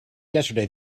yesterday